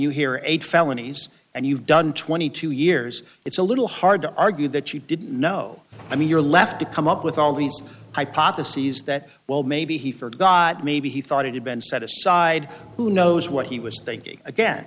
you hear eight felonies and you've done twenty two years it's a little hard to argue that you didn't know i mean you're left to come up with all these hypotheses that well maybe he forgot maybe he thought it had been set aside who knows what he was thinking again